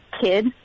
kid